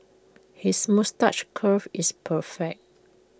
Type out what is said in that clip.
his moustache curl is perfect